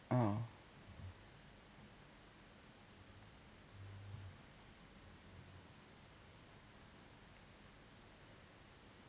ah